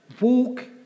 walk